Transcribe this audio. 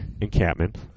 encampment